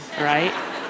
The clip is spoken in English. right